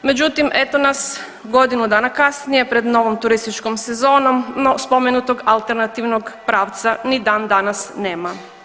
Međutim eto nas godinu dana kasnije pred novom turističkom sezonom, no spomenutog alternativnog pravca ni dan danas nema.